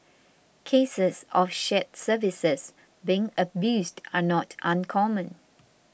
cases of shared services being abused are not uncommon